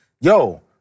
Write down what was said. yo